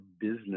business